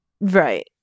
right